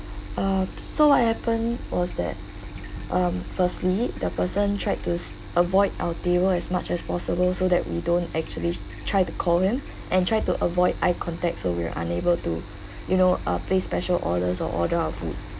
err so what happen was that um firstly the person tried to s~ avoid our table as much as possible so that we don't actually try to call him and tried to avoid eye contact so we're unable to you know uh place special orders or order our food